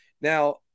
Now